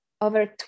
over